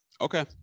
okay